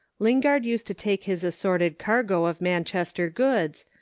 lingard used to take his assorted cargo of manchester goods,